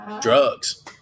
drugs